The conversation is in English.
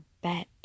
bet